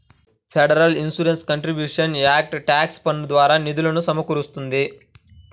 federal insurance contributions act tax పన్నుల ద్వారా నిధులు సమకూరుస్తుంది